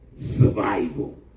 survival